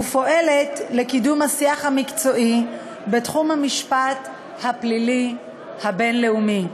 ופועלת לקידום השיח המקצועי בתחום המשפט הפלילי הבין-לאומי.